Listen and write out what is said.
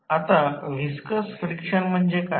आता viscous friction म्हणजे काय